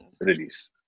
release